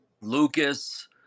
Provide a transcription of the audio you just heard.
Lucas